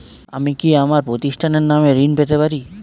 আমি কি আমার প্রতিষ্ঠানের নামে ঋণ পেতে পারি?